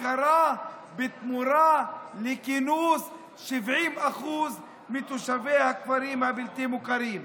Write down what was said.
הכרה בתמורה לכינוס 70% מתושבי הכפרים הבלתי-מוכרים.